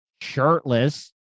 shirtless